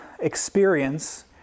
experience